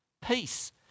peace